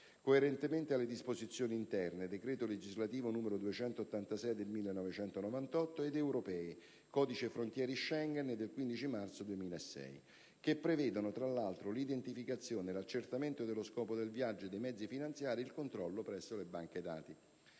coerentemente alle disposizioni interne (decreto legislativo n. 286 del 1998) ed europee (codice frontiere Schengen del 15 marzo 2006) che prevedono, tra l'altro, l'identificazione, l'accertamento dello scopo del viaggio e dei mezzi finanziari, il controllo presso le banche dati.